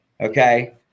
Okay